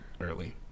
early